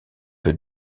peu